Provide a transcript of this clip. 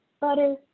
butter